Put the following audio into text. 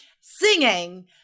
singing